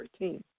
13